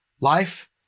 life